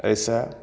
एहि सऽ